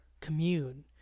commune